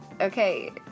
Okay